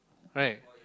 right